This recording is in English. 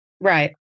Right